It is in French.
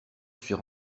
suis